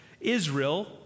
Israel